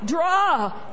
Draw